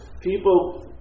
people